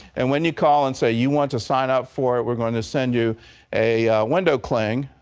and when you call and say you want to sign up for it, we're going to send you a window cling,